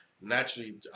naturally